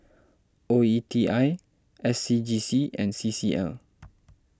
O E T I S C G C and C C L